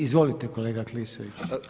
Izvolite kolega Klisović.